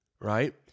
right